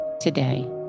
today